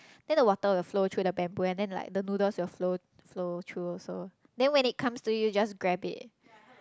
then the water will flow through the bamboo and then like the noodles will flow flow through also then when it comes to you just grab it